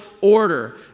order